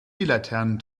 laternen